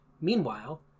Meanwhile